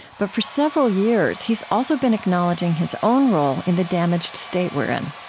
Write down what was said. but for several years, he's also been acknowledging his own role in the damaged state we're in.